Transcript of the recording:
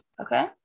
okay